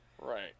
Right